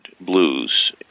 blues